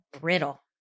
brittle